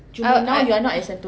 uh eh mm